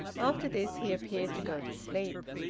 after this, he appeared to go to sleep.